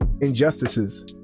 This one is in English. injustices